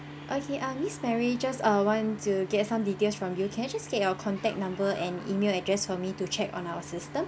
okay uh miss mary just uh want to get some details from you can I just get your contact number and E-mail address for me to check on our system